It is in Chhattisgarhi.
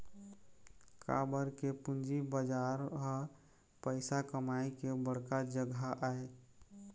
काबर के पूंजी बजार ह पइसा कमाए के बड़का जघा आय